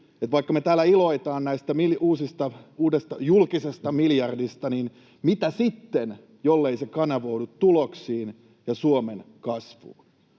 vaikka me täällä iloitaan uudesta julkisesta miljardista, niin mitä sitten, jollei se kanavoidu tuloksiin ja Suomen kasvuun?